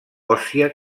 òssia